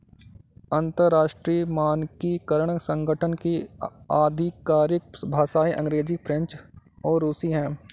अंतर्राष्ट्रीय मानकीकरण संगठन की आधिकारिक भाषाएं अंग्रेजी फ्रेंच और रुसी हैं